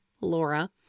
Laura